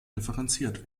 differenziert